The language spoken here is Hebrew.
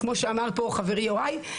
כמו שאמר פה חברי יוראי.